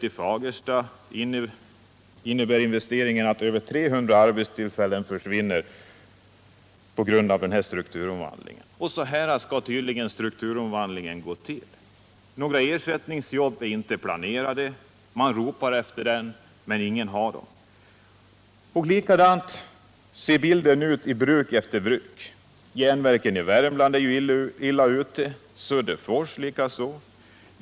I Fagersta järnverk innebär investeringen att över 300 arbetstillfällen försvinner. Så här skall tydligen strukturomvandlingen gå till. Några ersättningsjobb är inte planerade. Man ropar efter dem, men ingen har dem. Likadan ser bilden ut vid bruk efter bruk. Järnverken i Värmland är illa ute, Söderfors likaså.